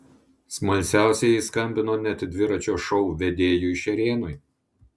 smalsiausieji skambino net dviračio šou vedėjui šerėnui